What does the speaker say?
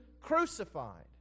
crucified